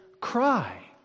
Cry